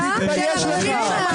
להפגין במדינה.